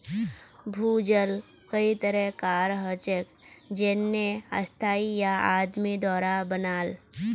भूजल कई तरह कार हछेक जेन्ने स्थाई या आदमी द्वारा बनाल